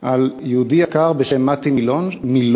על יהודי יקר בשם מתי מילוא,